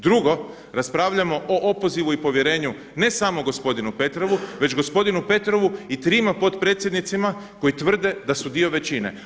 Drugo, raspravljamo o opozivu i povjerenju ne samo gospodinu Petrovu, već gospodinu Petrovu i trima potpredsjednicima koji tvrde da su dio većine.